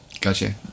Gotcha